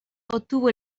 obtuvo